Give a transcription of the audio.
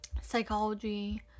psychology